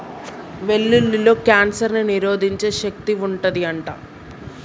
వెల్లుల్లిలో కాన్సర్ ని నిరోధించే శక్తి వుంటది అంట